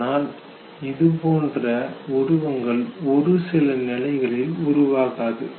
ஆனால் இதுபோன்ற உருவங்கள் ஒரு சில நிலைகளில் உருவாகாது